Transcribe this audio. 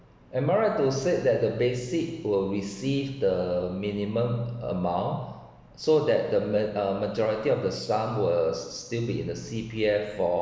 am I right to say that the basic will receive the minimum amount so that the ma~ uh majority of the sum will still be in the C_P_F for